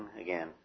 again